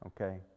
okay